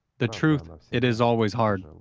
the truth it is always hard,